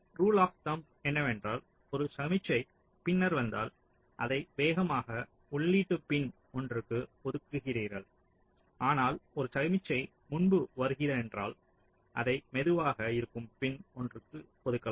rule of thumb என்னவென்றால் ஒரு சமிக்ஞை பின்னர் வந்தால் அதை வேகமாக உள்ளீட்டு பின் ஒன்றுக்கு ஒதுக்குகிறீர்கள் ஆனால் ஒரு சமிக்ஞை முன்பு வருகிறதென்றால் அதை மெதுவாக இருக்கும் பின் ஒன்றுக்கு ஒதுக்கலாம்